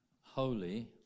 holy